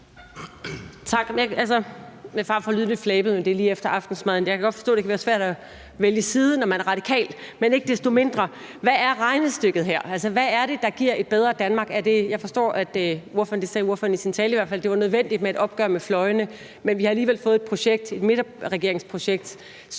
ordføreren i hvert fald i sin tale – at det er nødvendigt med et opgør med fløjene, men vi har alligevel fået et projekt, et midterregeringsprojekt,